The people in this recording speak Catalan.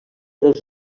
dels